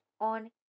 on